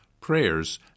prayers